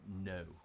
No